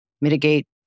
mitigate